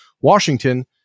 Washington